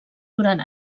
durant